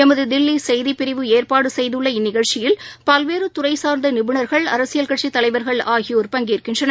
எமது தில்லி செய்திப்பிரிவு ஏற்பாடு செய்துள்ள இந்நிகழ்ச்சியில் பல்வேறு துறை சார்ந்த நிபுணர்கள் அரசியல் கட்சி தலைவர்கள் ஆகியோர் பங்கேற்கின்றனர்